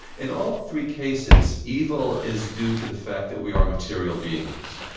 in all three cases evil is due to the fact that we are material beings.